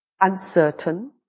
uncertain